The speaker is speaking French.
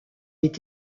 est